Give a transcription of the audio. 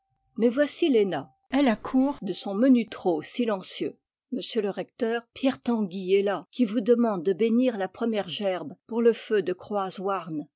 mais voici léna elle accourt de son menu trot silencieux monsieur le recteur pierre tanguy est là qui vous demande de bénir la première gerbe pour le feu de